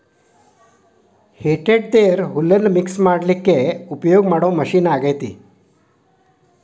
ಹೇ tedder ಹುಲ್ಲನ್ನ mix ಮಾಡ್ಲಿಕ್ಕೆ ಉಪಯೋಗ ಮಾಡೋ ಮಷೇನ್ ಆಗೇತಿ